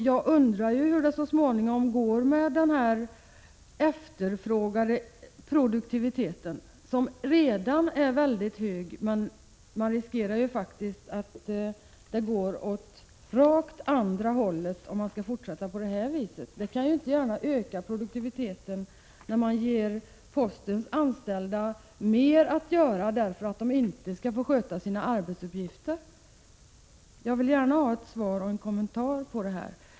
Jag undrar hur det så småningom går med den här efterfrågade höjningen av produktiviteten, som redan är väldigt hög. Man riskerar faktiskt att det går åt rakt motsatt håll om det skall fortsätta så här. Det kan ju inte gärna öka produktiviteten när man ger postens anställda mer att göra därför att de inte skall få sköta sina arbetsuppgifter. Jag vill gärna få en kommentar till detta.